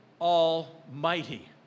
Almighty